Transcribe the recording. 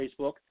Facebook